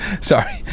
Sorry